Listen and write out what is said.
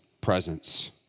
presence